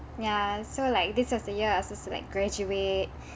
ya so like this was a year I was supposed to like graduate